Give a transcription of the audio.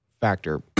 factor